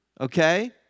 Okay